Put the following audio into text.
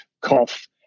cough